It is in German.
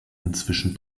inzwischen